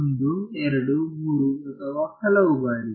1 2 3 ಅಥವಾ ಹಲವು ಬಾರಿ